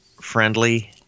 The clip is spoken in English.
friendly